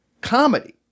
comedy